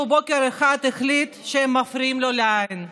בוקר אחד החליט שהם מפריעים לו לעין.